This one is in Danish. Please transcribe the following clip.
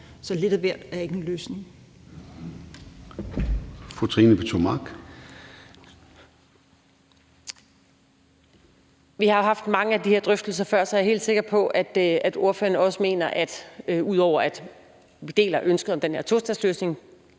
Trine Pertou Mach (EL): Vi har haft mange af de her drøftelser før, så jeg er helt sikker på, at ordføreren, ud over at vi deler ønsket om den her tostatsløsning